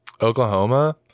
Oklahoma